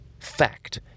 Fact